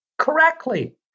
correctly